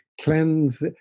cleanse